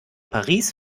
paris